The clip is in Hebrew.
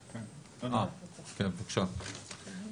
בקשה.